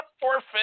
Forfeit